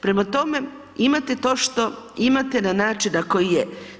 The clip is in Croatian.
Prema tome, imate to što imate na način na koji je.